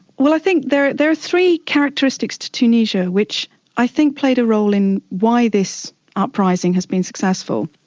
well i think there there are three characteristics to tunisia, which i think played a role in why this uprising has been successful,